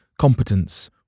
competence